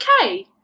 okay